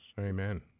Amen